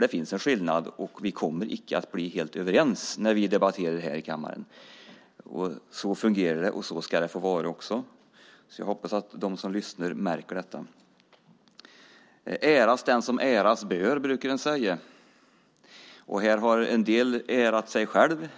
Det finns en skillnad, och vi kommer icke att bli helt överens när vi debatterar här i kammaren. Så fungerar det, och så ska det också vara. Jag hoppas att de som lyssnar märker detta. Ära den som äras bör, brukar man säga. Tidigare i debatten har en del ärat sig själva,